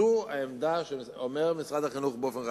זו העמדה שמשרד החינוך אומר באופן רשמי,